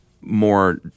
more